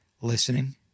listening